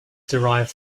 derived